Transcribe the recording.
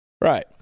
Right